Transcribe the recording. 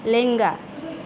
ᱞᱮᱸᱜᱟ